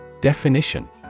Definition